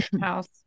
house